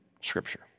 Scripture